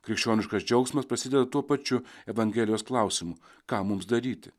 krikščioniškas džiaugsmas prasideda tuo pačiu evangelijos klausimu ką mums daryti